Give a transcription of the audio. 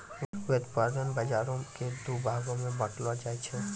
व्युत्पादन बजारो के दु भागो मे बांटलो जाय छै